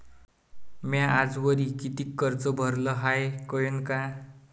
म्या आजवरी कितीक कर्ज भरलं हाय कळन का?